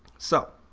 so